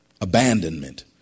abandonment